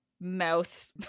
mouth